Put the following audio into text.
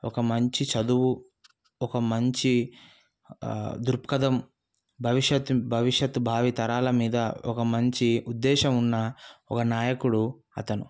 ఒక మంచి చదువు ఒక మంచి దృక్పథం భవిష్యత్ భవిష్యత్తు భావితరాల మీద ఒక మంచి ఉద్దేశం ఉన్న ఒక నాయకుడు అతను